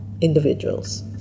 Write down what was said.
individuals